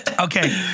Okay